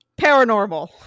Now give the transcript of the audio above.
paranormal